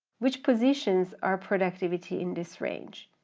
which positions are productivity in this range,